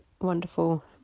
wonderful